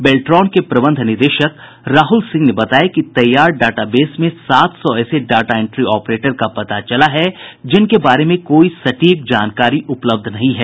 बेल्ट्रॉन के प्रबंध निदेशक राहुल सिंह ने बताया कि तैयार डाटा बेस में सात सौ ऐसे डाटा इंट्री ऑपरेटर का पता चला है जिनके बारे कोई सटीक जानकारी उपलब्ध नहीं है